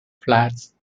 flats